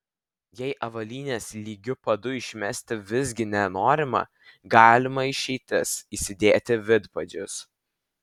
jei avalynės lygiu padu išmesti visgi nenorima galima išeitis įsidėti vidpadžius